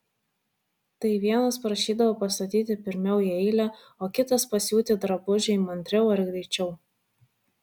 tai vienas prašydavo pastatyti pirmiau į eilę o kitas pasiūti drabužį įmantriau ar greičiau